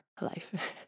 life